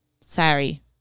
sorry